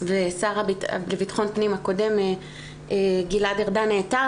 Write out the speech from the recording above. והשר לבטחון פנים הקודם גלעד ארדן נעתר